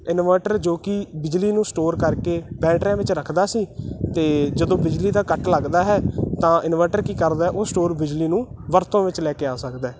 inverter ਜੋ ਕਿ ਬਿਜਲੀ ਨੂੰ ਸਟੋਰ ਕਰਕੇ ਬੈਟਰਿਆਂ ਵਿੱਚ ਰੱਖਦਾ ਸੀ ਅਤੇ ਜਦੋਂ ਬਿਜਲੀ ਦਾ ਕੱਟ ਲੱਗਦਾ ਹੈ ਤਾਂ ਇਨਵਰਟਰ ਕੀ ਕਰਦਾ ਉਹ ਸਟੋਰ ਬਿਜਲੀ ਨੂੰ ਵਰਤੋਂ ਵਿੱਚ ਲੈ ਕੇ ਆ ਸਕਦਾ